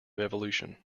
evolution